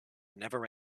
never